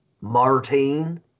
Martine